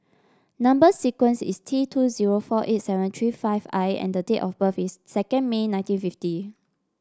number sequence is T two zero four eight seven three five I and date of birth is second May nineteen fifty